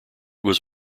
was